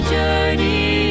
journey